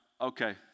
okay